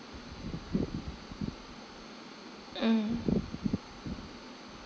mm